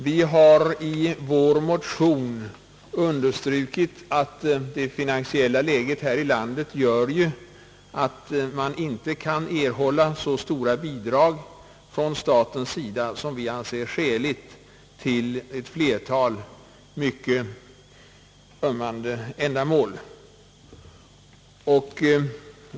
Vi har i vår motion understrukit att det finansiella läget här i landet gör att man inte kan erhålla så stora bidrag från statens sida som vi anser skäliga till ett flertal mycket angelägna ändamål.